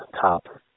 top